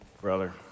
Brother